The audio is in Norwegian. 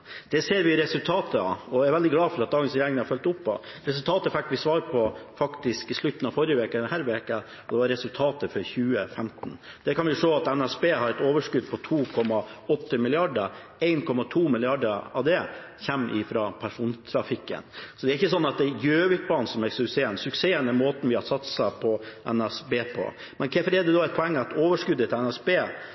Det ser vi resultatet av, og jeg er veldig glad for at dagens regjering har fulgt opp. Vi fikk faktisk resultatet i slutten av forrige uke, og denne uken forelå resultatet for 2015. Der kan vi se at NSB har en overskudd på 2,8 mrd. kr – 1,2 mrd. kr av det kommer fra persontrafikken. Det er ikke slik at det er Gjøvikbanen som er suksessen; suksessen er måten vi har satset på NSB på. Hvorfor er det da et poeng at overskuddet til NSB,